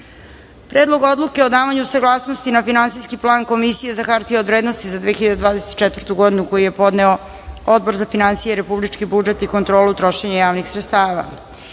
Predlog odluke o davanju saglasnosti na Finansijski plan Komisije za hartije od vrednosti za 2024. godinu, koji je podneo Odbor za finansije, republički budžet i kontrolu trošenja javnih sredstava;37.